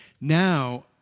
Now